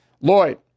Lloyd